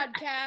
Podcast